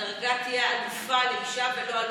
הדרגה תהיה אלופה לאישה ולא אלוף,